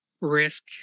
risk